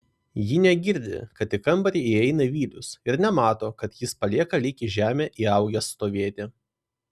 ji negirdi kad į kambarį įeina vilius ir nemato kad jis palieka lyg į žemę įaugęs stovėti